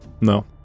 No